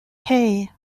hei